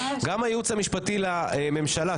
גם הייעוץ המשפטי לממשלה,